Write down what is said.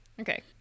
Okay